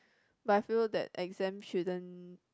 but I feel that exams shouldn't